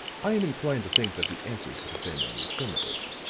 i am inclined to think that the answers would have been in the affirmative.